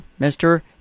Mr